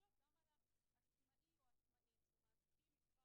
אנחנו מציעים שבתוך הסעיף שאומר שיש את הזכות